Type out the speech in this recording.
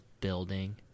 building